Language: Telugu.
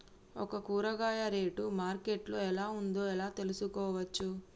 ఒక కూరగాయ రేటు మార్కెట్ లో ఎలా ఉందో ఎలా తెలుసుకోవచ్చు?